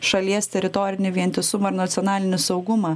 šalies teritorinį vientisumą ir nacionalinį saugumą